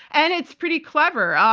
and it's pretty clever. um